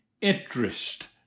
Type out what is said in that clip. Interest